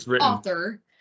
author